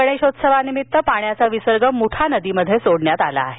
गणेशोत्सवानिमित्त पाण्याचा विसर्ग मुठा नदीत सोडण्यात आला आहे